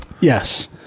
Yes